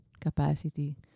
capacity